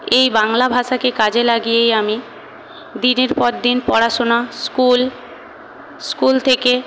এই বাংলা ভাষাকে কাজে লাগিয়েই আমি দিনের পর দিন পড়াশোনা স্কুল স্কুল থেকে